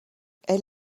elle